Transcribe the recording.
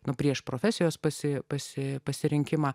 nuo prieš profesijos pasi pasi pasirinkimą